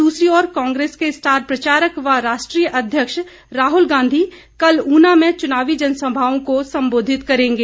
दूसरी ओर कांग्रेस के स्टार प्रचारक व राष्ट्रीय अध्यक्ष राहल गांधी कल ऊना में चुनावी जनसभाओं को संबोधित करेंगे